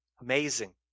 Amazing